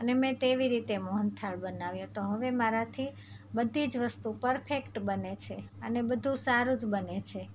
અને મેં તેવી રીતે મોહનથાળ બનાવ્યો તો હવે મારાથી બધી જ વસ્તુ પરફેક્ટ બને છે અને બધુ સારું જ બને છે